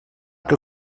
que